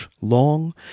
long